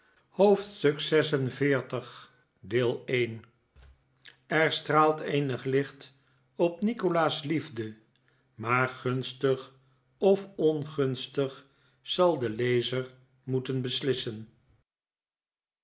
hoofdstuk xlvi er straalt eenig licht op nikolaas liefde maar gunstig of ongunstig zal de lezer moeten beslissen